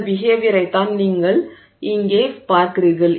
இந்த பிஹேவியரைத்தான் நீங்கள் இங்கே பார்க்கிறீர்கள்